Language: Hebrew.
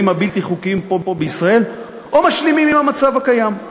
הבלתי-חוקיים פה בישראל או משלימים עם המצב הקיים?